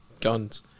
guns